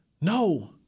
No